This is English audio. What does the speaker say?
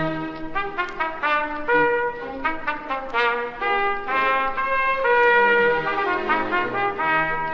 i